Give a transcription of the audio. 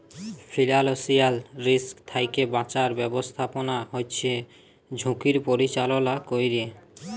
financial risk থ্যাকে বাঁচার ব্যাবস্থাপনা হচ্যে ঝুঁকির পরিচাললা ক্যরে